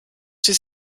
sie